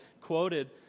quoted